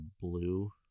blue